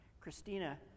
Christina